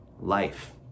life